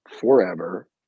forever